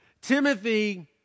Timothy